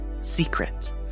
secret